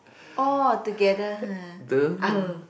orh together !huh!